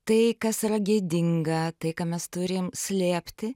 tai kas yra gėdinga tai ką mes turim slėpti